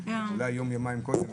אולי יום-יומיים קודם,